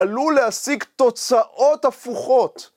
עלול להשיג תוצאות הפוכות